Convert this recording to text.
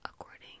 According